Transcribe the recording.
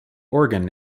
organ